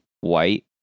white